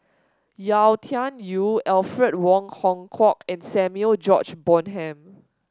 Yau Tian Yau Alfred Wong Hong Kwok and Samuel George Bonham